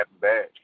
bad